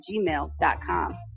gmail.com